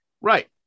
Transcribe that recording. right